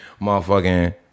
Motherfucking